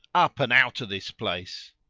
up and out of this place!